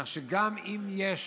כך שגם אם יש